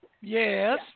Yes